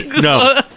No